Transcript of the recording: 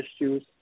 issues